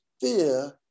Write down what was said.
fear